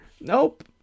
nope